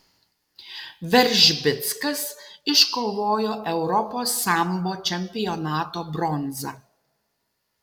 veržbickas iškovojo europos sambo čempionato bronzą